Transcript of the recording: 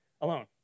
alone